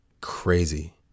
crazy